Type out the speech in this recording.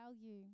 value